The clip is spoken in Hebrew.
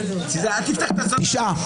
הצבעה לא אושרו.